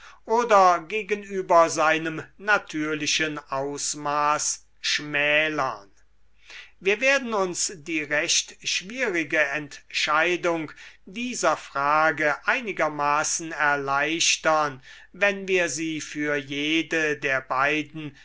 oder gegenüber seinem natürlichen ausmaß schmälern wir werden uns die recht schwierige entscheidung dieser frage einigermaßen erleichtern wenn wir sie für jede der beiden